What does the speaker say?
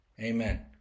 Amen